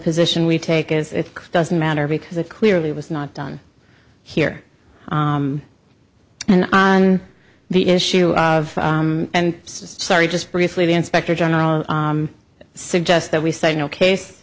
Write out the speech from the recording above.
position we take is it doesn't matter because it clearly was not done here and the issue of and sorry just briefly the inspector general suggests that we say no case